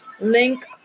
link